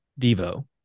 Devo